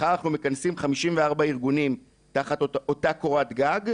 מחר אנחנו מכנסים 54 ארגונים תחת אותה קורת גג,